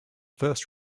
first